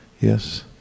Yes